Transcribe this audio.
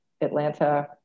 Atlanta